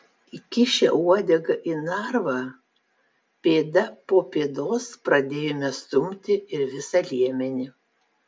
įkišę uodegą į narvą pėda po pėdos pradėjome stumti ir visą liemenį